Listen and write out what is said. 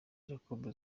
jacob